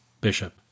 Bishop